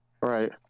Right